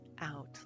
out